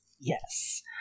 Yes